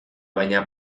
baina